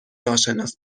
ناشناس